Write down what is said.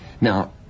Now